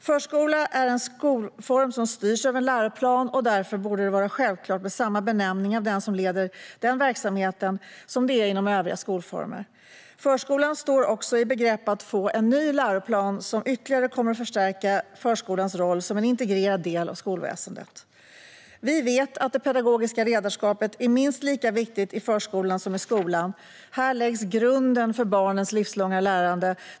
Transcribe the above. Förskola är en skolform som styrs av en läroplan, och därför borde det vara självklart med samma benämning av den som leder den verksamheten som inom övriga skolformer. Förskolan står också i begrepp att få en ny läroplan som ytterligare kommer att förstärka förskolans roll som en integrerad del av skolväsendet. Vi vet att det pedagogiska ledarskapet är minst lika viktigt i förskolan som i skolan. Här läggs grunden för barnens livslånga lärande.